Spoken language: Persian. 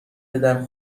پدر